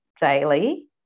daily